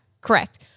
correct